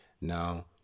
Now